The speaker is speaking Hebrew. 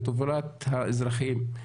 לטובת האזרחים.